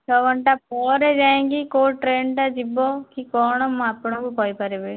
ଛଅ ଘଣ୍ଟା ପରେ ଯାଇଁକି କୋଉ ଟ୍ରେନ୍ ଟା ଯିବ କି କ'ଣ ମୁଁ ଆପଣକୁ କହିପାରିବି